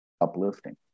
uplifting